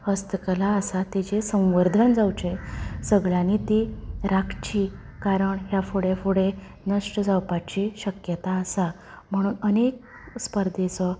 हस्तकला आसा तेजे संवर्धन जावचें सगळ्यांनी ती राखची कारण ह्या फुडें फुडें नश्ट जावपाची शक्यता आसता म्हणून अनेक स्पर्धेचो